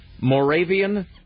Moravian